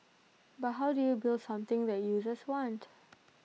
but how do you build something that users want